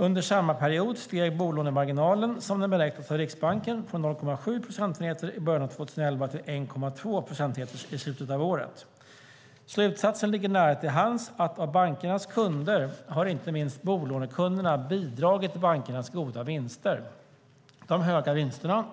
Under samma period steg bolånemarginalen, som den beräknas av Riksbanken, från 0,7 procentenheter i början av 2011 till 1,2 procentenheter i slutet av året. Slutsatsen ligger nära till hands att av bankernas kunder har inte minst bolånekunderna bidragit till bankernas goda vinster. De höga vinsterna